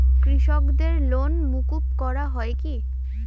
কৃষকদের লোন মুকুব করা হয় কি?